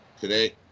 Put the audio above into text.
today